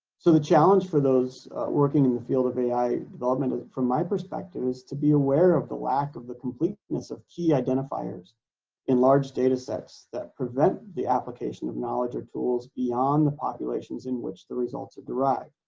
so the challenge for those working in the field of ai development from my perspective is to be aware of the lack of the completeness of key identifiers in large datasets that prevent the application of knowledge or tools beyond the populations in which the results are derived.